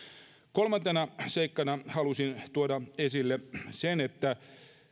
kolmantena seikkana halusin tuoda esille sen